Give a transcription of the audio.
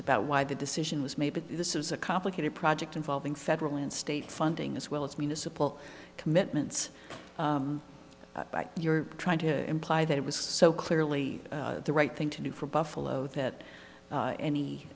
about why the decision was made but this is a complicated project involving federal and state funding as well as municipal commitments by you're trying to imply that it was so clearly the right thing to do for buffalo that any